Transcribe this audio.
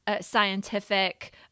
scientific